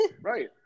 Right